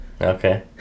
Okay